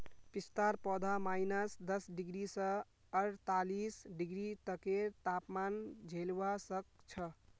पिस्तार पौधा माइनस दस डिग्री स अड़तालीस डिग्री तकेर तापमान झेलवा सख छ